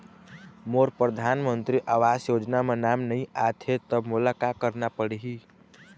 मोर परधानमंतरी आवास योजना म नाम नई आत हे त मोला का करना पड़ही?